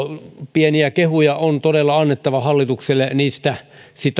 pieniä kehuja on todella annettava hallitukselle niistä